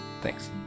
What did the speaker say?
Thanks